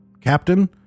Captain